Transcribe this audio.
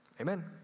amen